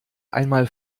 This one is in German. einmal